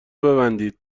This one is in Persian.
ببندید